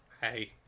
Hey